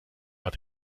hat